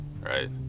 right